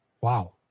Wow